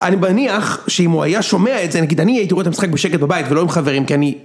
אני מניח שאם הוא היה שומע את זה, נגיד אני הייתי רואה את המשחק בשקט בבית ולא עם חברים, כי אני...